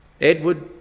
Edward